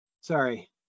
Sorry